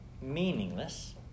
meaningless